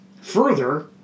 Further